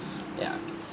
ya